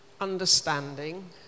understanding